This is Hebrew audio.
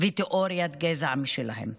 ותיאוריית גזע משלהם.